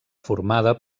formada